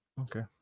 Okay